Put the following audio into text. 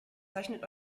zeichnet